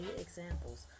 examples